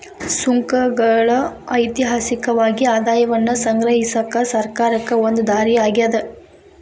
ಸುಂಕಗಳ ಐತಿಹಾಸಿಕವಾಗಿ ಆದಾಯವನ್ನ ಸಂಗ್ರಹಿಸಕ ಸರ್ಕಾರಕ್ಕ ಒಂದ ದಾರಿ ಆಗ್ಯಾದ